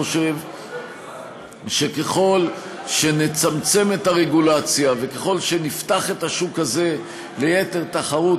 חושב שככל שנצמצם את הרגולציה וככל שנפתח את השוק הזה ליתר תחרות,